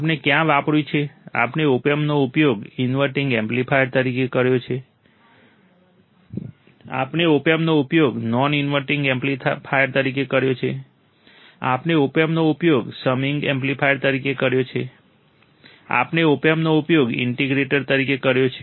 આપણે ક્યાં વાપર્યું છે આપણે ઓપએમ્પનો ઉપયોગ ઇન્વર્ટિંગ એમ્પ્લીફાયર તરીકે કર્યો છે આપણે ઓપએમ્પનો ઉપયોગ નોન ઇન્વર્ટિંગ એમ્પ્લીફાયર તરીકે કર્યો છે આપણે ઓપએમ્પનો ઉપયોગ સમિંગ એમ્પ્લીફાયર તરીકે કર્યો છે આપણે ઓપએમ્પનો ઉપયોગ ઈન્ટિગ્રેટર તરીકે કર્યો છે